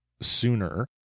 sooner